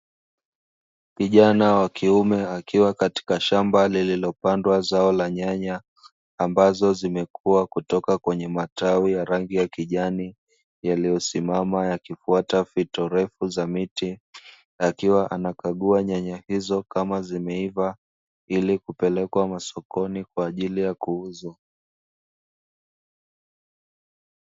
Kijana wa kiume akiwa katika shamba lililopandwa zao la nyanya, ambazo zimekuwa kutoka kwenye matawi ya rangi ya kijani, yaliyosimama yakifwata fito refu za miti na akiwa anakagua nyanya hizo kama zimeiva ili kupelekwa masokoni kwa ajili ya kuuzwa.